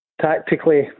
Tactically